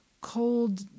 cold